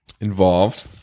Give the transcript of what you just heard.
involved